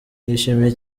nishimiye